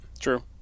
True